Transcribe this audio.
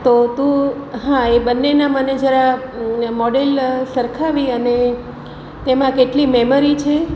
તો તું હા એ બંનેના મને જરા મોડલ સરખાવી અને તેમાં કેટલી મેમરી છે